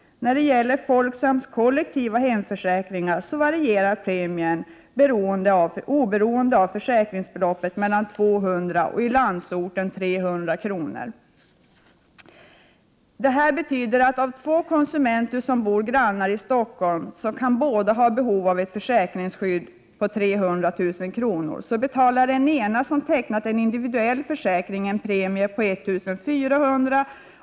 För Folksams kollektiva hemförsäkringar varierar premien oberoende av försäkringsbeloppet mellan 200 kr. i landsorten och 300 kr. i storstadsområdena. Detta betyder, att om två konsumenter bor grannar i Stockholm och båda har behov av ett försäkringsskydd på 300 000 kr., så betalar den ene, som har tecknat en individuell hemförsäkring, en premie på 1 400 kr.